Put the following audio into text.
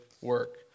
work